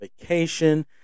vacation